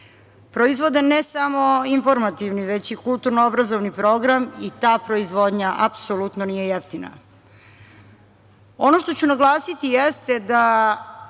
Proizvode, ne samo informativni, već i kulturno-obrazovni program i ta proizvodnja apsolutno nije jeftina. Ono što ću naglasiti jeste da